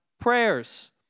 prayers